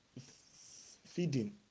feeding